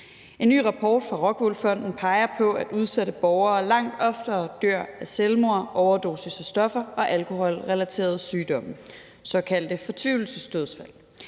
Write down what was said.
En ny rapport fra ROCKWOOL Fonden peger på, at udsatte borgere langt oftere dør af selvmord, overdosis og stoffer og alkoholrelaterede sygdomme, såkaldte fortvivlelsesdødsfald.